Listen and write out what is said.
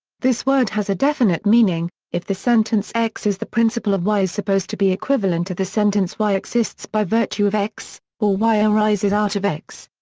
this word has a definite meaning, if the sentence x is the principle of y is supposed to be equivalent to the sentence y exists by virtue of x or y arises out of x.